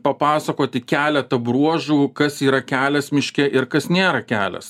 papasakoti keletą bruožų kas yra kelias miške ir kas nėra kelias